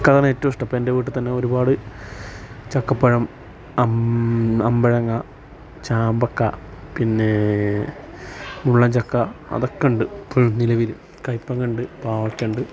എനിക്ക് അതാണ് ഏറ്റവും ഇഷ്ടം ഇപ്പോൾ എൻ്റെ വീട്ടിൽ തന്നെ ഒരുപാട് ചക്കപ്പഴം അമ്പഴങ്ങ ചാമ്പക്ക പിന്നേ മുള്ളൻചക്ക അതൊക്കെ ഉണ്ട് ഇപ്പോൾ നിലവിൽ കൈപ്പങ്ങ ഉണ്ട് പാവക്ക ഉണ്ട്